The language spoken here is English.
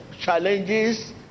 challenges